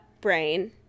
brain